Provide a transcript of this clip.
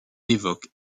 évoque